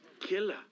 Killer